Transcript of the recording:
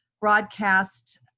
broadcast